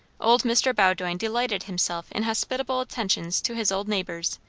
old mr. bowdoin delighted himself in hospitable attentions to his old neighbours,